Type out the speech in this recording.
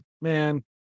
Man